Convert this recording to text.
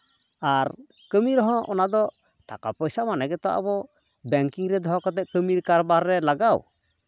ᱟᱨ ᱠᱟᱹᱢᱤ ᱨᱮᱦᱚᱸ ᱚᱱᱟ ᱫᱚ ᱴᱟᱠᱟ ᱯᱚᱭᱥᱟ ᱢᱟᱱᱮ ᱜᱮᱛᱚ ᱟᱵᱚ ᱵᱮᱝᱠᱤᱝ ᱨᱮ ᱫᱚᱦᱚ ᱠᱟᱛᱮ ᱠᱟᱹᱢᱤ ᱠᱟᱨᱵᱟᱨ ᱨᱮ ᱞᱟᱜᱟᱜᱟᱣ